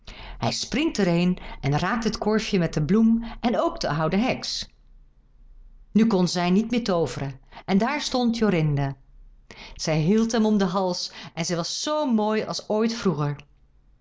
hij springt er heen en raakt het korfje met de bloem en ook de oude heks nu kon zij niet meer tooveren en daar stond jorinde zij hield hem om zijn hals en zij was zoo mooi als ooit vroeger